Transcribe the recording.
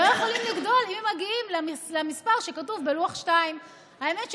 לא יכולים לגדול אם הם מגיעים למספר שכתוב בלוח 2. האמת,